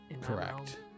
correct